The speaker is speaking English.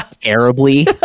terribly